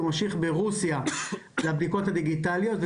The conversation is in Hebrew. הוא ממשיך ברוסיה בבדיקות הדיגיטליות.